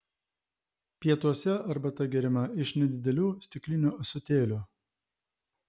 pietuose arbata geriama iš nedidelių stiklinių ąsotėlių